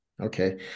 okay